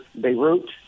Beirut